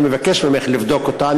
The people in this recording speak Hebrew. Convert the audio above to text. אני מבקש ממך לבדוק אותה,